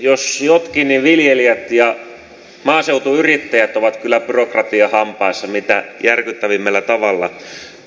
jos jotkut niin viljelijät ja maaseutuyrittäjät ovat kyllä byrokratian hampaissa mitä järkyttävimmällä tavalla